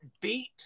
beat